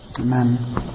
Amen